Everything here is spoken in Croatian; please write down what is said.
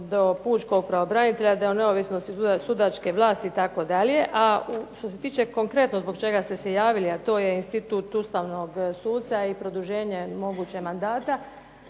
do pučkog pravobranitelja, da je u neovisnosti sudačke vlasti itd. A što se tiče konkretno zbog čega ste se javili, a to je institut ustavnog suca i produženje mogućeg mandata,